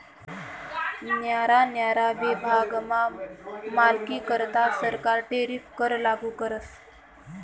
न्यारा न्यारा विभागमा मालनीकरता सरकार टैरीफ कर लागू करस